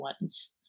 ones